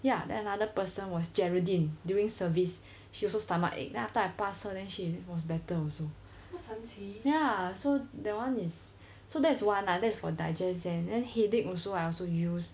ya then another person was geraldine during service she also stomach ache then after I passed her then she was better also ya so that [one] is so that's one lah that's for digestion and headache also I also use